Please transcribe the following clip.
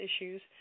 issues